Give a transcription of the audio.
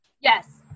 Yes